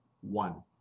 one